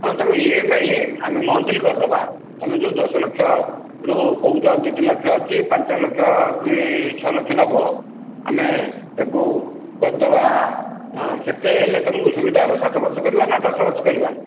ହଁ ତୁମେ E M I ଆମେ ମନ୍ଥ୍ଲି କରିଦେବା ତୁମେ ଯେଉଁ ଦଶ ଲକ୍ଷରୁ କହୁଛ ଦୁଇ ତିନି ଲକ୍ଷ ଅଛି ପାଞ୍ଚ ଲକ୍ଷ କି ଛଅ ଲକ୍ଷ ନେବ ଆମେ ତାକୁ କରିଦେବା କେତେ ହେଲେ ତୁମକୁ ସୁବିଧା ହେବ ସାତ ବର୍ଷ କରିବା ନା ଦଶ ବର୍ଷ କରିବା